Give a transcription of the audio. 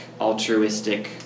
altruistic